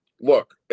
look